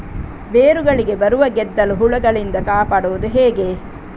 ಬೇರುಗಳಿಗೆ ಬರುವ ಗೆದ್ದಲು ಹುಳಗಳಿಂದ ಕಾಪಾಡುವುದು ಹೇಗೆ?